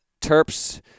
Terps